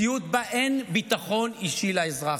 מציאות שבה אין ביטחון אישי לאזרח.